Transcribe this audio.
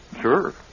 sure